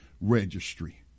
registry